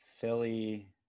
Philly